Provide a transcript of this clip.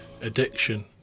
addiction